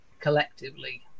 collectively